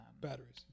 batteries